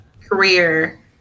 career